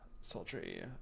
sultry